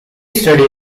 studied